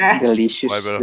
Delicious